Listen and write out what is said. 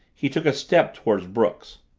he took a step toward brooks.